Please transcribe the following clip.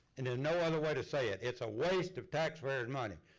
and there's no other way to say it. it's a waste of taxpayer's money.